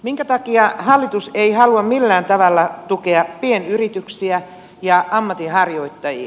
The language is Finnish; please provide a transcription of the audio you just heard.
minkä takia hallitus ei halua millään tavalla tukea pienyrityksiä ja ammatinharjoittajia